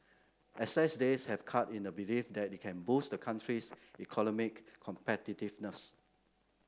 excess days have cut in a belief that it can boost the country's competitiveness